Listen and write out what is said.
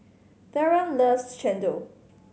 Theron loves chendol